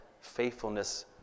faithfulness